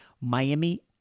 Miami